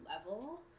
level